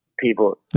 people